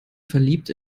verliebt